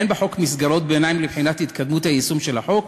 אין בחוק מסגרות ביניים לבחינת התקדמות היישום של החוק